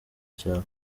cyawe